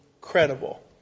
credible